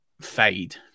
fade